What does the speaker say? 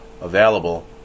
available